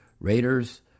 Raiders